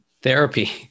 therapy